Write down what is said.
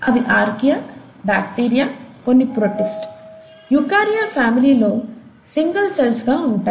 అవి archaea bacteria కొన్ని protist eukarya family లో సింగల్ సెల్స్ గా ఉంటాయి